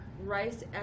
rice